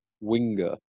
winger